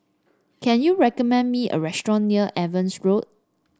can you recommend me a restaurant near Evans Road